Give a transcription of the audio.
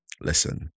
Listen